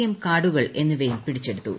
M കാർഡുകൾ എന്നിവയ്ക്കും പ്പിടിച്ചെടുത്തു